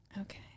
Okay